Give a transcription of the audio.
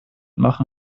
machen